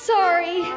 Sorry